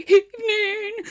evening